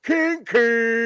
Kinky